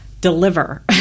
deliver